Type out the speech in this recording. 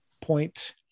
point